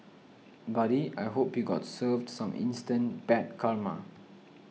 buddy I hope you got served some instant bad karma